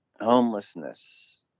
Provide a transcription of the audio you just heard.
homelessness